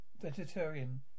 Vegetarian